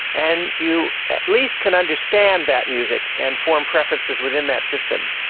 and you at least can understand that music and form preferences within that system.